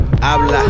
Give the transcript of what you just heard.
habla